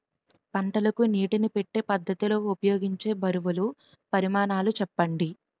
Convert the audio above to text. పంటలకు నీటినీ పెట్టే పద్ధతి లో ఉపయోగించే బరువుల పరిమాణాలు చెప్పండి?